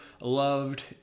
loved